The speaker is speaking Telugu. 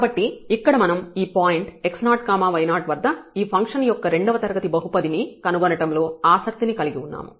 కాబట్టి ఇక్కడ మనం ఈ పాయింట్ x0 y0 వద్ద ఈ ఫంక్షన్ యొక్క రెండవ తరగతి బహుపది ని కనుగొనడంలో ఆసక్తిని కలిగి ఉన్నాము